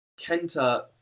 Kenta